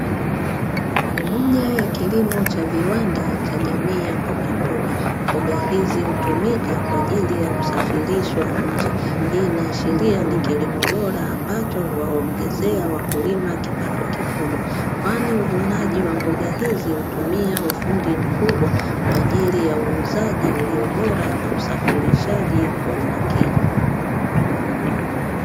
Ni moja wa kilimo cha viwanda cha jamii ya mboga. Mboga hizi hutumika kwa ajili ya kusafirishwa nje. Hii inaashiria ni kilimo bora ambacho huwaongezea wakulima kipato kikubwa, kwani uvunaji wa mboga hizi hutumia ufundi mkubwa kwa ajili ya uuzaji ulio bora na usafirishaji kwa umakini.